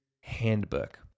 handbook